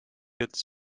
ütles